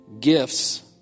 gifts